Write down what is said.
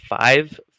five